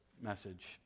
message